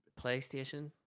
PlayStation